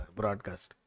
broadcast